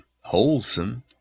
wholesome